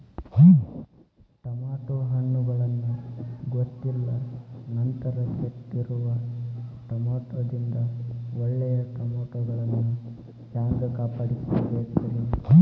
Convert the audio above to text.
Tomato ಹಣ್ಣುಗಳನ್ನ ಗೊತ್ತಿಲ್ಲ ನಂತರ ಕೆಟ್ಟಿರುವ ಟಮಾಟೊದಿಂದ ಒಳ್ಳೆಯ ಟಮಾಟೊಗಳನ್ನು ಹ್ಯಾಂಗ ಕಾಪಾಡಿಕೊಳ್ಳಬೇಕರೇ?